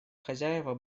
хозяева